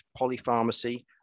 polypharmacy